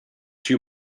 two